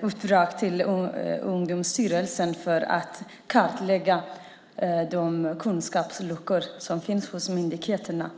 uppdrag till Ungdomsstyrelsen att kartlägga de kunskapsluckor som finns hos myndigheterna.